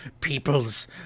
People's